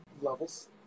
Levels